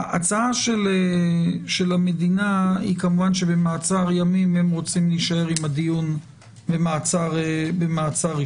ההצעה של המדינה היא שבמעצר ימים הם רוצים להישאר עם הדיון במעצר ראשון.